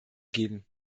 geben